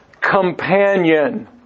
companion